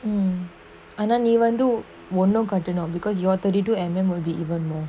mm ஆனா நீ வந்து ஒன்னு கட்டனு:aanaa nee vanthu onnu kattanu because your thirty two M_M will be even more